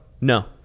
No